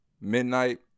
midnight